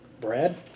Brad